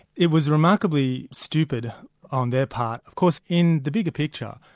it was remarkably stupid on their part. of course in the bigger picture,